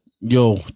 Yo